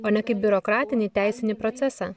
o ne kaip biurokratinį teisinį procesą